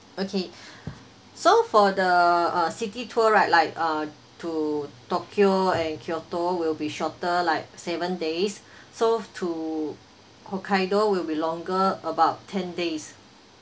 okay so for the uh city tour right like uh to tokyo and kyoto will be shorter like seven days so to hokkaido will be longer about ten days